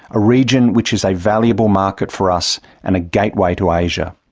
a region which is a valuable market for us and a gateway to asia.